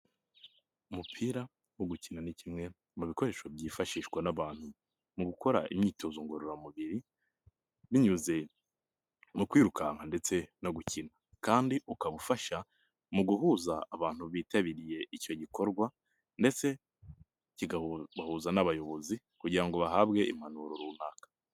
Umupira wo gukina ni kimwe mu bikoresho byifashishwa n'abantu mu gukora imyitozo ngororamubiri binyuze mu kwirukanka ndetse no gukina kandi ukabafasha mu guhuza abantu bitabiriye icyo gikorwa ndetse ki bahuza n'abayobozi kugira ngo bahabwe impanuro runaka.